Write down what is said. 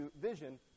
vision